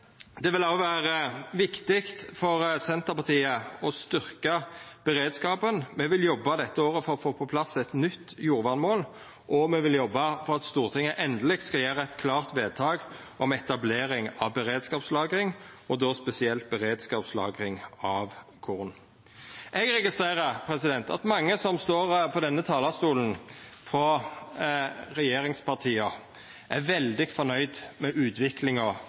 Det vil òg vera viktig for Senterpartiet å styrkja beredskapen. Me vil dette året jobba for å få på plass eit nytt jordvernmål, og me vil jobba for at Stortinget endeleg skal gjera eit klart vedtak om etablering av beredskapslagring – og spesielt beredskapslagring av korn. Eg registrerer at mange frå regjeringspartia som står på denne talarstolen, er veldig fornøgde med utviklinga